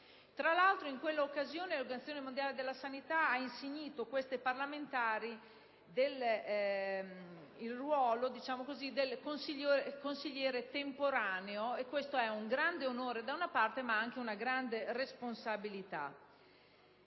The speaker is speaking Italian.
Tra l'altro, in quell'occasione l'Organizzazione mondiale della sanità ha insignito queste parlamentari del ruolo di consigliere temporaneo e questo, da una parte, è un grande onore, ma, dall'altra, anche una grande responsabilità.